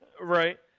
Right